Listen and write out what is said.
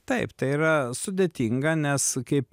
taip tai yra sudėtinga nes kaip